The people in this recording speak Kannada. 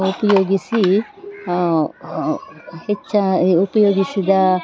ಉಪಯೋಗಿಸಿ ಹೆಚ್ಚು ಉಪಯೋಗಿಸಿದ